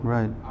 Right